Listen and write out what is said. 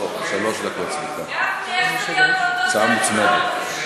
שלוש דקות, סליחה, זאת הצעה מוצמדת.